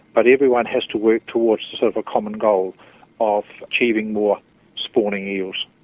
but everyone has to work towards sort of a common goal of achieving more spawning eels.